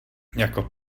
jako